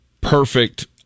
perfect